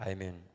Amen